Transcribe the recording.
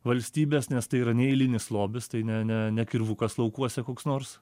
valstybės nes tai yra ne eilinis lobis tai ne ne ne kirvukas laukuose koks nors